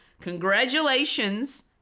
Congratulations